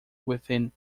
within